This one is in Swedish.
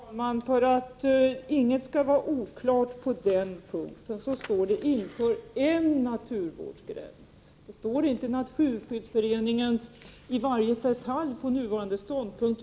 Herr talman! För att inget skall vara oklart på den här punkten vill jag säga att det står: Inför en naturvårdsgräns. Det står inte i varje detalj att det är Naturskyddsföreningens nuvarande ståndpunkt.